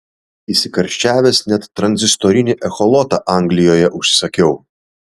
įsikarščiavęs net tranzistorinį echolotą anglijoje užsisakiau